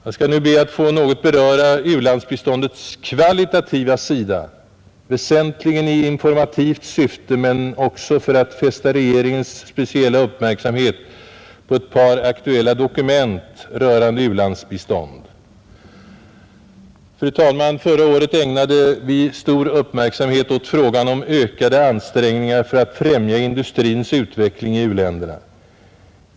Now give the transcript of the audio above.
Jag skall nu något beröra u-landsbiståndets kvalitativa sida, väsentligen i informativt syfte men också för att fästa regeringens speciella uppmärksamhet på ett par aktuella dokument rörande u-landsbiståndet. Förra året ägnade vi stor uppmärksamhet åt frågan om ökade ansträngningar för att främja industrins utveckling i u-länderna.